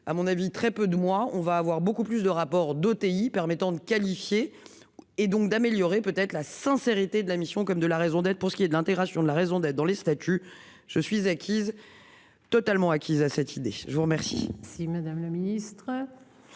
À mon avis, très peu de moi, on va avoir beaucoup plus de rapports d'OTI permettant de qualifier. Et donc d'améliorer peut-être la sincérité de la mission comme de la raison d'être pour ce qui est de l'intégration de la raison d'être dans les statuts. Je suis acquise. Totalement acquise à cette idée, je vous remercie.